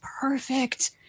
perfect